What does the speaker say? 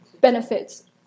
benefits